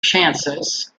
chances